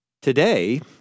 Today